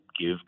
give